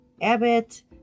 Abbott